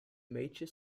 major